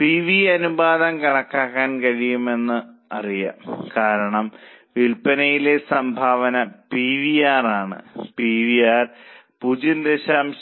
P V അനുപാതം കണക്കാക്കാൻ കഴിയുമെന്ന് നിങ്ങൾക്കറിയാം കാരണം വിൽപ്പനയിലെ സംഭാവന പി വി ആർ ആണ് പി വി ആർ 0